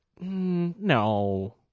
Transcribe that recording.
No